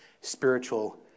spiritual